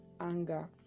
anger